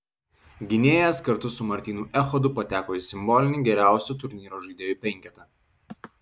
gynėjas kartu su martynu echodu pateko į simbolinį geriausių turnyro žaidėjų penketą